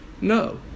No